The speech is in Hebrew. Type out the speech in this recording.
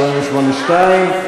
ל-48(2),